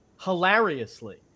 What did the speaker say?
hilariously